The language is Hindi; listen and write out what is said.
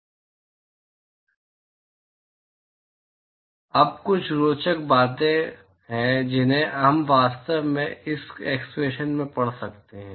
अब कुछ रोचक बातें हैं जिन्हें हम वास्तव में इस एक्सप्रेशन से पढ़ सकते हैं